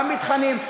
במתחמים,